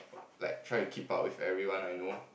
like try to keep up with everyone I know